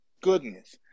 goodness